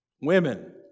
women